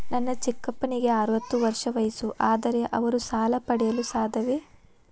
ನನ್ನ ಚಿಕ್ಕಪ್ಪನಿಗೆ ಅರವತ್ತು ವರ್ಷ ವಯಸ್ಸು, ಆದರೆ ಅವರು ಸಾಲ ಪಡೆಯಲು ಸಾಧ್ಯವೇ?